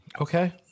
Okay